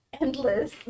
Endless